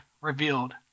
revealed